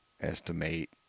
Estimate